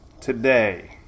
today